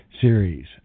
series